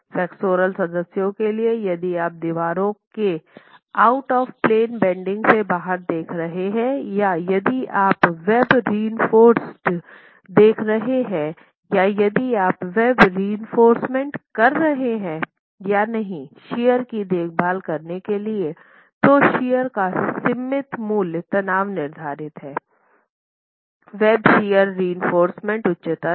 flexural सदस्यों के लिए यदि आप दीवारों के आउट ऑफ़ प्लेन बेन्डिंग से बाहर देख रहे हैं या यदि आप वेब रिइंफोर्स देख रहे हैं या यदि आप वेब रिइंफोर्समेन्ट कर रहे हैं या नहीं शियर की देखभाल करने के लिए तो शियर का सीमित मूल्य तनाव निर्धारित हैं वेब शियर रिइंफोर्समेन्ट उच्चतर है